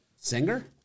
Singer